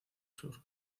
sur